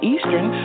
Eastern